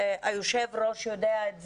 והיושב ראש יודע את זה,